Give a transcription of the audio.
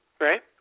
right